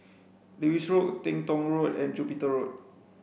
Lewis Road Teng Tong Road and Jupiter Road